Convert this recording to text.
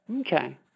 Okay